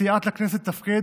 סייעת לכנסת לתפקד,